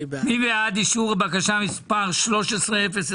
מי בעד אישור הבקשה מספר 13026?